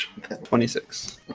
26